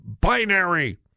binary